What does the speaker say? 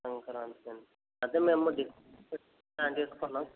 సంక్రాంతికండి అదే మేము డిసెంబర్లో ప్లాన్ చేస్కున్నాం